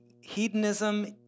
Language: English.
hedonism